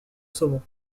saumon